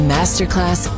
Masterclass